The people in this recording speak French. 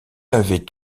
avait